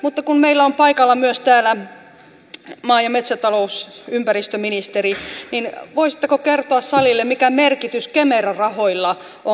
mutta kun meillä on paikalla täällä myös maatalous ja ympäristöministeri niin voisitteko kertoa salille mikä merkitys kemera rahoilla on